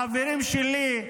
החברים שלי,